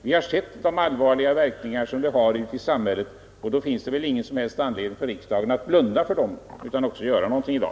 Vi har sett de allvarliga verkningar som det har i samhället, och då finns det ingen som helst anledning för riksdagen att blunda för dem utan då bör den också göra något i dag.